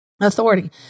authority